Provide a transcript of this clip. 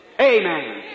Amen